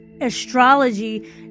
astrology